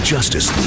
Justice